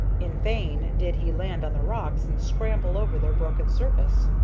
in vain did he land on the rocks and scramble over their broken surface.